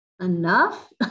enough